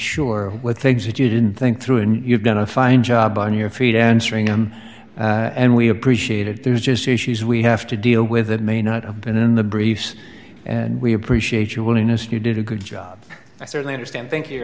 sure with things that you didn't think through and you've done a fine job on your feet answering them and we appreciate it there's just the issues we have to deal with it may not have been in the briefs and we appreciate your willingness to did a good job i certainly understand thank you